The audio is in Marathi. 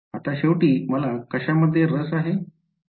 आता शेवटी मला कशामध्ये रस आहे